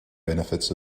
benefits